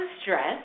stress